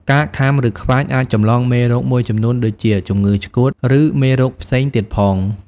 ការខាំ ឬខ្វាចអាចចម្លងមេរោគមួយចំនួនដូចជា ជំងឺឆ្កួត ឬមេរោគផ្សេងទៀតផង។